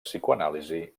psicoanàlisi